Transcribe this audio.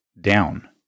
down